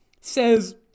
says